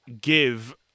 give